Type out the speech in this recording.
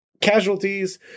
casualties